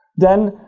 then,